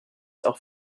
auch